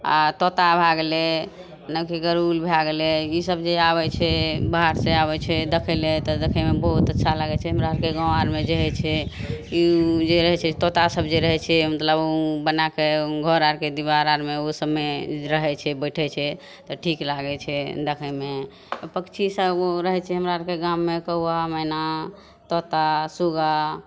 आओर तोता भए गेलय नकी गरूल भए गेलय ईसब जे आबय छै बाहरसँ आबय छै देखय लए तऽ मतलब देखयमे बहुत अच्छा लगय छै हमरा आरके गाँव आरमे जे होइ छै ई उ जे रहय छै तोता सब जे रहय छै मतलब उ बनाके घर आरके दीवार आरमे उसबमे जे रहय छै बैठय छै तऽ ठीक लागय छै देखयमे आओर पक्षीसब उ रहय छै हमरा आरके गाममे कौआ मैना तोता सूगा